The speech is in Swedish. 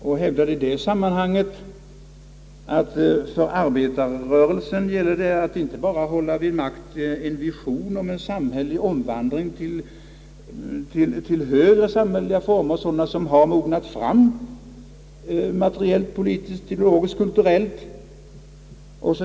Jag hävdade i det sammanhanget att det för arbetarrörelsen gäller inte bara att hålla vid makt en vision av en samhällelig omvandling till högre samhälleliga former, sådana som har mognat fram materiellt, politiskt, ideologiskt, kulturellt 0. S.